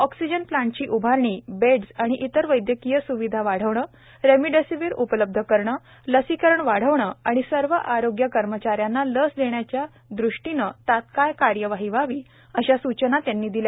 oxygen प्लॅन्टची उभारणी beds आणि इतर वैद्यकीय स्चिधा वाढवणं रेमडीसीव्हीर उपलब्ध करणं लसीकरण वाढवणं आणि सर्व आरोग्य कर्मचाऱ्यांना लस देण्याच्या दृष्टीनं तत्काळ कार्यवाही व्हावी अशा सूचना त्यांनी दिल्या